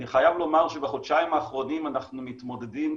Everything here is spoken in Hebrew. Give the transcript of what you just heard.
אני חייב לומר שבחודשיים האחרונים אנחנו מתמודדים,